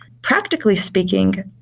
practically speaking,